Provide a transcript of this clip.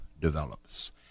develops